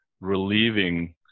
relieving